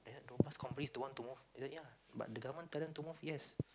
the bus companies don't want to move he said ya but the government tell them to move yes